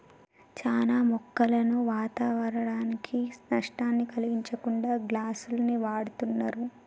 చానా మొక్కలను వాతావరనానికి నష్టాన్ని కలిగించకుండా గ్లాస్ను వాడుతున్నరు